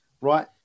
Right